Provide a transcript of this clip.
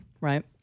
Right